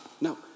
no